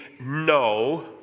no